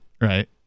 right